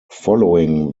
following